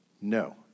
No